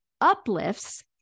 Uplifts